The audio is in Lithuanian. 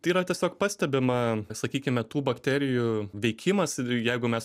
tai yra tiesiog pastebima sakykime tų bakterijų veikimas ir jeigu mes